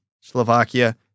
Slovakia